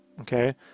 Okay